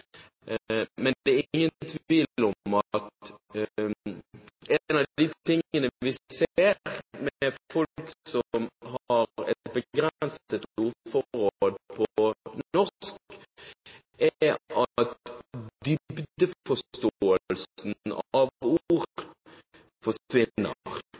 Men det er ingen tvil om at en av de tingene vi ser med folk som har et begrenset ordforråd på norsk, er at